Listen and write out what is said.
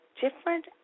different